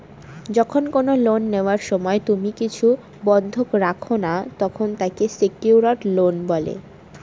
যখন কোনো লোন নেওয়ার সময় তুমি কিছু বন্ধক রাখো না, তখন তাকে সেক্যুরড লোন বলে